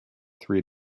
three